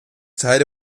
teile